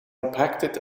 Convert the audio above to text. impacted